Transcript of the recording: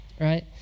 right